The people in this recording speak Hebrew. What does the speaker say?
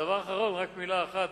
הדבר האחרון, רק מלה אחת.